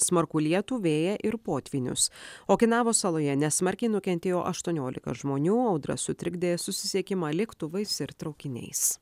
smarkų lietų vėją ir potvynius okinavos saloje nesmarkiai nukentėjo aštuoniolika žmonių audra sutrikdė susisiekimą lėktuvais ir traukiniais